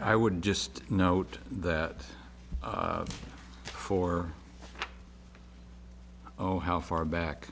i would just note that for oh how far back